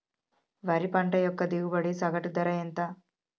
వరి పంట యొక్క దిగుబడి సగటు ధర ఎంత?